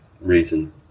reason